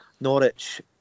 Norwich